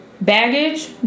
baggage